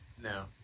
No